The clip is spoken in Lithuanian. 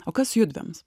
o kas judviems